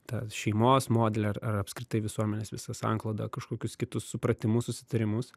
tą šeimos modelį ar ar apskritai visuomenės visą sanklodą kažkokius kitus supratimus susitarimus